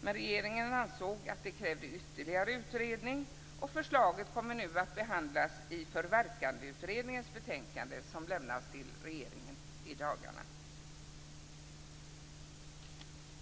men regeringen ansåg att det krävdes ytterligare utredning. Förslaget kommer nu att behandlas i Förverkandeutredningens betänkande, som lämnas till regeringen i dagarna.